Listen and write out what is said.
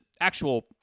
actual